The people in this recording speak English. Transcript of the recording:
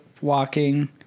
walking